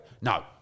No